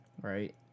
right